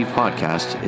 podcast